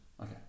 Okay